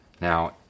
Now